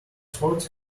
forty